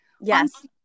yes